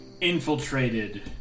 infiltrated